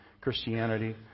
Christianity